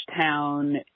town